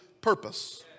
purpose